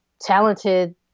talented